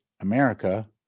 America